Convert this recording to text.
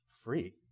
Free